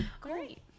Great